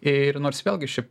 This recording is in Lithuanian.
ir nors vėlgi ši